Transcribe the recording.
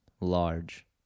large